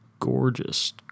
gorgeous